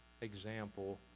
example